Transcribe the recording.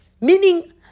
meaning